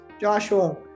Joshua